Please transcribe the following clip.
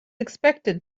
expected